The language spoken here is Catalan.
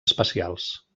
espacials